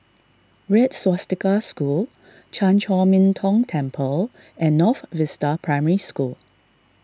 Red Swastika School Chan Chor Min Tong Temple and North Vista Primary School